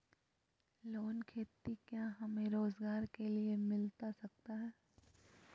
Loan खेती क्या हमें रोजगार के लिए मिलता सकता है?